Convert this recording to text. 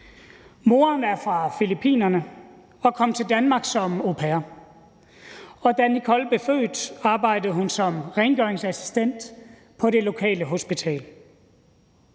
Moren er fra Filippinerne og kom til Danmark som au pair, og da Nicole blev født, arbejdede moren som rengøringsassistent på det lokale hospital.